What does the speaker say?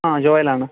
ആ ജോയലാണ്